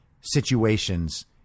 situations